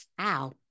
Ow